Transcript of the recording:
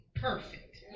perfect